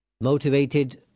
motivated